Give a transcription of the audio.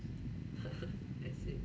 I see